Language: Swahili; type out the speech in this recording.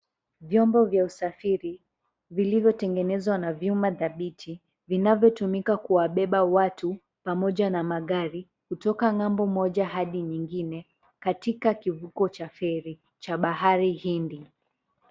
Vyombo vaya usafiri vilivyotengenezwa na vyuma dhabiti vinavyotumika kuwabeba watu pamoja na magari kutoka ng'ambo moja hadi nyingine katika kivuko cha feri cha bahari Hindi.